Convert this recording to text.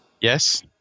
Yes